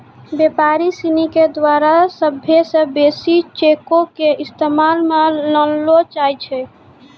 व्यापारी सिनी के द्वारा सभ्भे से बेसी चेको के इस्तेमाल मे लानलो जाय छै